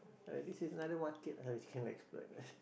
ah this is another market lah we can exploit